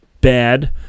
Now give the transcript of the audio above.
bad